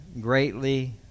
greatly